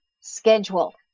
schedule